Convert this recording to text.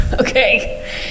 okay